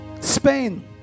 spain